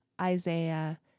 Isaiah